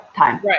Right